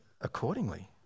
accordingly